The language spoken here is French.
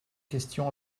question